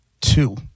two